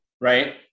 right